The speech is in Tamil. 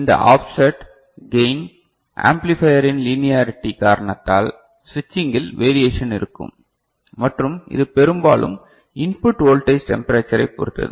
இந்த ஆஃப்செட் கேய்ன் ஆம்பிலிபையரின் லீனியாரிட்டி காரணத்தால் சுவிட்சிங்கில் வேரியேசன் இருக்கும் மற்றும் இது பெரும்பாலும் இன்புட் வோல்டேஜ் டெம்பரேச்சரைப் பொறுத்தது